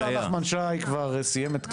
השר נחמן שי כבר סיים את כהונתו.